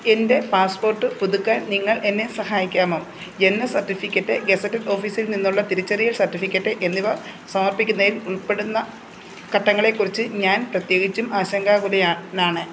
എൻ്റെ പാസ്പോർട്ട് പുതുക്കാൻ നിങ്ങൾ എന്നെ സഹായിക്കാമോ ജനന സർട്ടിഫിക്കറ്റ് ഗസറ്റഡ് ഓഫീസറിൽ നിന്നുള്ള തിരിച്ചറിയൽ സർട്ടിഫിക്കറ്റ് എന്നിവ സമർപ്പിക്കുന്നതിൽ ഉൾപ്പെടുന്ന ഘട്ടങ്ങളെക്കുറിച്ച് ഞാൻ പ്രത്യേകിച്ചും ആശങ്കാകുലയാണ്